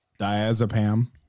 diazepam